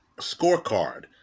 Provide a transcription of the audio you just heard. scorecard